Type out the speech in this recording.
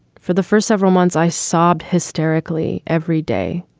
for the first several months i sobbed hysterically every day.